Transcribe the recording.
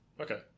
Okay